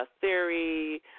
theory